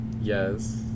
Yes